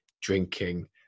drinking